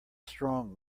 strong